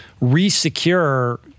re-secure